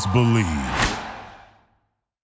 Believe